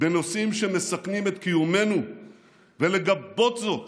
בנושאים שמסכנים את קיומנו ולגבות זאת